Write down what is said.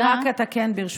אני רק אתקן, ברשותך.